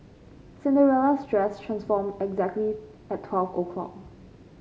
Cinderella's dress transformed exactly at twelve o'clock